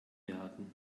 werden